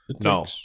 No